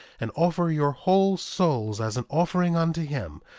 and offer your whole souls as an offering unto him,